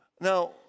Now